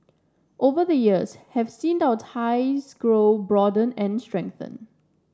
over the years have seen out ties grow broaden and strengthen